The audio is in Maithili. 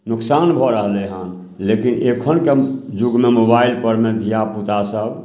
नोकसान भऽ रहलै हँ लेकिन एखनके जुगमे मोबाइलपरमे धिआपुतासभ